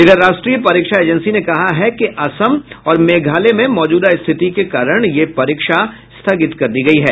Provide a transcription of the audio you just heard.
इधर राष्ट्रीय परीक्षा एजेंसी ने कहा है कि असम और मेघालय में मौजूदा स्थिति के कारण यह परीक्षा स्थगित कर दी गई है